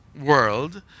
world